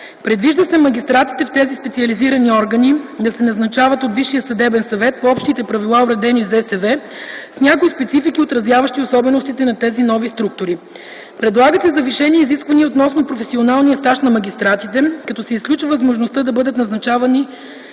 Предвижда се магистратите в тези специализирани органи да се назначават от Висшия съдебен съвет по общите правила, уредени в Закона за съдебната власт, с някои специфики, отразяващи особеностите на тези нови структури. Предлагат се завишени изисквания относно професионалния стаж на магистратите, като се изключва възможността да бъдат назначавани